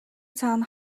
цаана